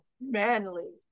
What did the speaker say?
manly